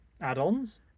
Add-ons